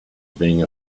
being